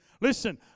Listen